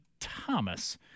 Thomas